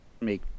make